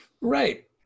Right